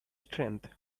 strength